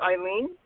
Eileen